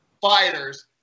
fighters